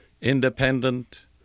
independent